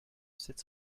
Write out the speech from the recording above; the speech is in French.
sept